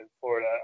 Florida